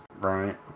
right